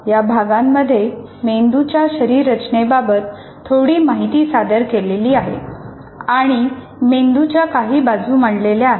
या भागांमध्ये मेंदूच्या शरीर रचनेबाबत थोडी माहिती सादर केलेली आहे आणि मेंदूच्या काही बाजू मांडलेल्या आहेत